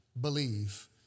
believe